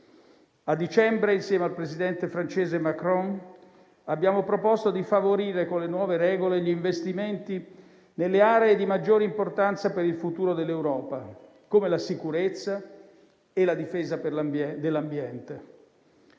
A dicembre, insieme al presidente francese Macron, abbiamo proposto di favorire con le nuove regole gli investimenti nelle aree di maggiore importanza per il futuro dell'Europa, come la sicurezza e la difesa dell'ambiente.